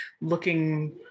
looking